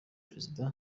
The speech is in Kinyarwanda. perezida